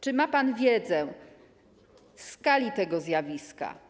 Czy ma pan wiedzę o skali tego zjawiska?